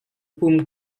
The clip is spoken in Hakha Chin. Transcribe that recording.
pum